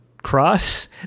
cross